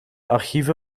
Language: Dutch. archieven